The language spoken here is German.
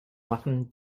machen